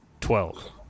Twelve